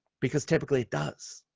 because typically, it does.